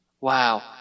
wow